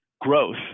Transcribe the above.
growth